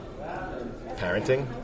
Parenting